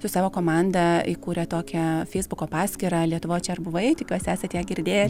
su savo komanda įkūrę tokią feisbuko paskyrą lietuvoj čia ar buvai tikiuos esat ją girdėję